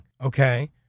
okay